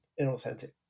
inauthentic